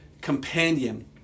companion